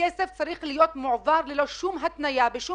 הכסף צריך להיות מועבר ללא שום התניה בשום